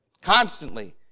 Constantly